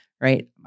right